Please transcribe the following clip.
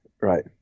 Right